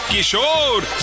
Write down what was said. Kishore